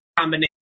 combination